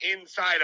inside